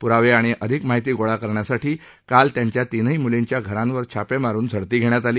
पुरावे आणि अधिक माहिती गोळा करण्यासाठी काल त्याच्या तीनही मुलींच्या घरांवर छापे मारून झडती घेण्यात आली